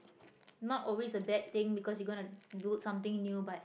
not always a bad thing because you gonna do something new but